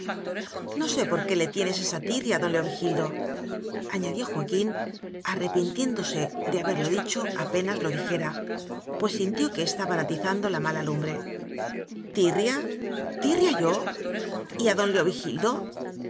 no sé por qué le tienes esa tirria a don leovigildoañadió joaquín arrepintiéndose de haberlo dicho apenaos lo dijera pues sin tió que estaba atizando la mala lumbre tirria tirria yo y a don leovigildo